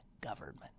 government